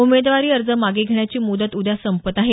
उमेदवारी अर्ज मागे घेण्याची मुदत उद्या संपत आहे